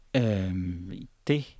Det